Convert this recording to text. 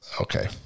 Okay